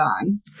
on